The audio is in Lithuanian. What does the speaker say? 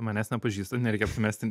manęs nepažįsta nereikia apsimesti